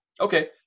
okay